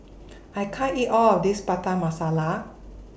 I can't eat All of This Butter Masala